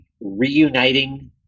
reuniting